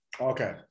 Okay